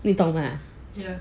你懂啊